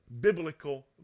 biblical